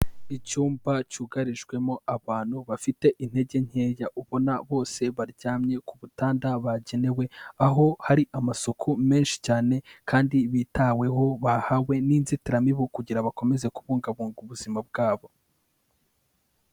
Icyumba cyugarijwemo abantu bafite intege nkeya, ubona bose baryamye ku butanda bagenewe aho hari amasuku menshi cyane kandi bitaweho bahawe n'inzitiramibu kugira bakomeze kubungabunga ubuzima bwabo.